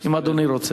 אם אדוני רוצה.